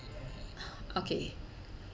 oh okay